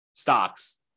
stocks